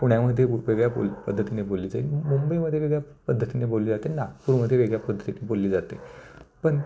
पुण्यामध्ये व वेगळ्या बोल पद्धतीने बोलली जाईल मुं मुंबईमध्ये वेगळ्या पद्धतीने बोलली जाते नागपूरमध्ये वेगळ्या पद्धतीने बोलली जाते पण